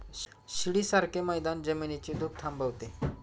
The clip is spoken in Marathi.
शिडीसारखे मैदान जमिनीची धूप थांबवते